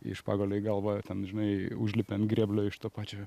iš pagalio į galvą ten žinai užlipi ant grėblio iš to pačio